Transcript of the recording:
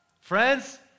Friends